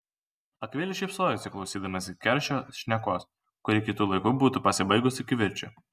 akvilė šypsojosi klausydamasi keršio šnekos kuri kitu laiku būtų pasibaigusi kivirču